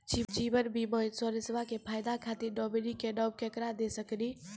जीवन बीमा इंश्योरेंसबा के फायदा खातिर नोमिनी के नाम केकरा दे सकिनी?